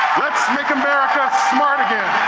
let's make america smart again!